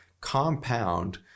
compound